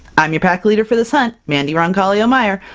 i'm your pack leader for this hunt, mandy roncalio-meyer,